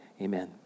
Amen